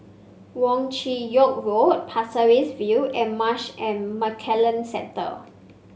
Wong Chin Yoke Road Pasir Ris View and Marsh and McLennan Centre